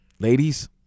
Ladies